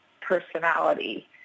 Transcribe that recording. personality